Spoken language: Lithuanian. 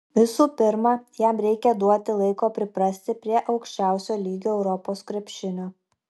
visų pirma jam reikia duoti laiko priprasti prie aukščiausio lygio europos krepšinio